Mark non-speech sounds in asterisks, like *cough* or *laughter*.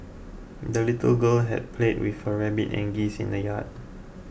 the little girl *unintelligible* played with her rabbit and geese in the yard